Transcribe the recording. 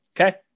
Okay